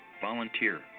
volunteer